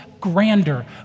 grander